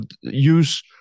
use